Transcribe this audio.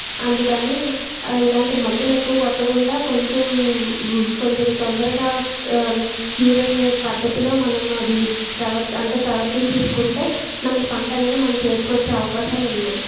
అందుకని ఇలాంటి మందులు ఎక్కువ కొట్టకుండా కొంచెం కొంచెం తొందరగా క్యూర్ అయ్యే పద్ధతులో మనం అది ప్రవర్త అంటే ప్రవర్తించేసుకుంటే మన పంటననేది మన చేతికొచ్చే అవకాశాలు ఉన్నాయి